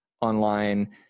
online